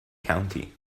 county